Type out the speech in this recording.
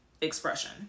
expression